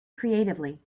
creatively